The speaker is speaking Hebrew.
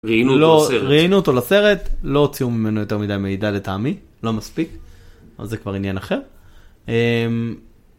ראיינו אותו לסרט... לא... ראיינו אותו לסרט, לא הוציאו ממנו יותר מדי מידע לטעמי, לא מספיק, אבל זה כבר עניין אחר, אה...